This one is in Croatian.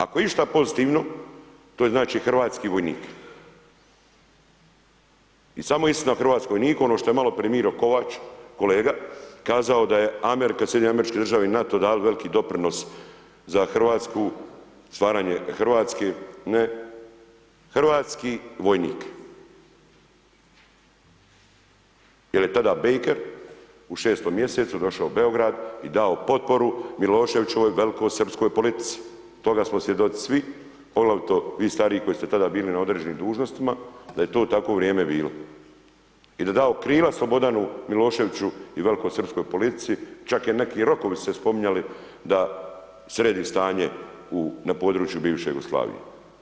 Ako je išta pozitivno, to je znači hrvatski vojnik i samo je istina o hrvatskom vojniku ono što je maloprije Miro Kovač, kolega, kazao da je Amerika, SAD i NATO dali veliki doprinos za RH, stvaranje RH, hrvatski vojnik, je li tada Bejker u šestom mjesecu došao u Beograd i dao potporu Miloševićevoj velikosrpskoj politici, toga smo svjedoci svi, poglavito vi stariji koji ste tada bili na određenim dužnostima, da je to takvo vrijeme bilo i da dao krivac Slobodanu Miloševiću i velikosrpskoj politici, čak i neki rokovi su se spominjali da sredi stanje na području bivše Jugoslavije.